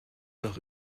doch